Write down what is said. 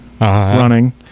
running